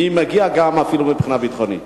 אפילו מבחינה ביטחונית.